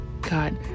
god